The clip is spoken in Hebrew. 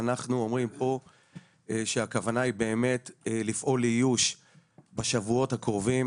ואנחנו אומרים פה שהכוונה היא באמת לפעול לאיוש בשבועות הקרובים.